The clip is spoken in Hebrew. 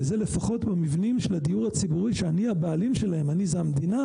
וזה לפחות במבנים של הדיור הציבורי שאני הבעלים שלהם אני זה המדינה